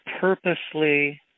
purposely